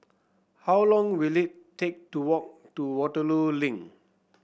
how long will it take to walk to Waterloo Link